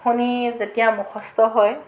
শুনি যেতিয়া মুখস্ত হয়